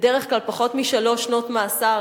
בדרך כלל פחות משלוש שנות מאסר.